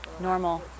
Normal